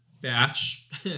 batch